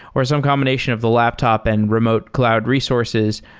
or some combination of the laptop and remote cloud resources.